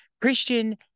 Christian